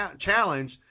Challenge